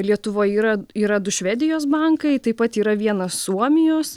lietuvoj yra yra du švedijos bankai taip pat yra vienas suomijos